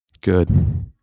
Good